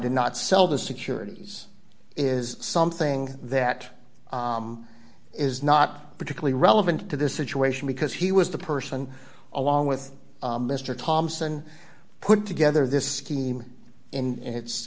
did not sell the securities is something that is not particularly relevant to this situation because he was the person along with mr thompson put together this scheme in its